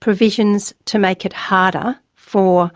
provisions to make it harder for